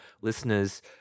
Listeners